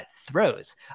throws